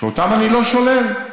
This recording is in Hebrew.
שאני לא שולל.